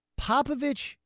Popovich